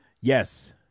Yes